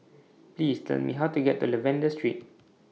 Please Tell Me How to get to Lavender Street